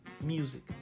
music